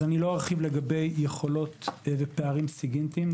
אז אני לא ארחיב לגבי יכולות ופערים סיגינטיים,